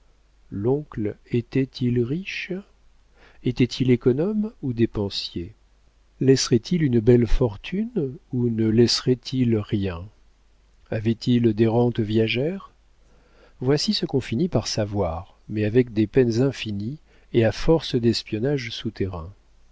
l'oncle était-il riche était-il économe ou dépensier laisserait il une belle fortune ou ne laisserait il rien avait-il des rentes viagères voici ce qu'on finit par savoir mais avec des peines infinies et à force d'espionnages souterrains